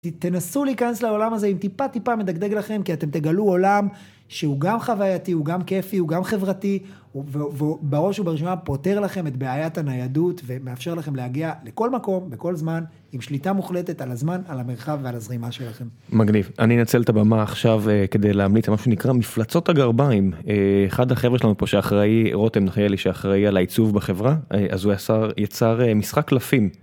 תנסו להיכנס לעולם הזה אם טיפה טיפה מדגדג לכם כי אתם תגלו עולם שהוא גם חווייתי, הוא גם כיפי, הוא גם חברתי, ובראש ובראשונה פותר לכם את בעיית הניידות ומאפשר לכם להגיע לכל מקום בכל זמן עם שליטה מוחלטת על הזמן על המרחב ועל הזרימה שלכם. מגניב, אני אנצל את הבמה עכשיו כדי להמליץ מה שנקרא מפלצות הגרביים, אחד החבר'ה שלנו פה שאחראי, רותם מיכאלי שאחראי על העיצוב בחברה, אז הוא יצר משחק קלפים.